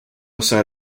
side